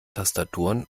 tastaturen